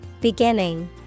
Beginning